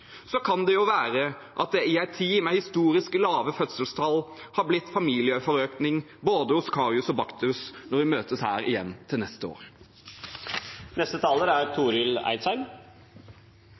kan det jo være at det i en tid med historisk lave fødselstall har blitt familieforøkning, både hos Karius og Baktus, når vi møtes her igjen til neste år.